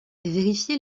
vérifier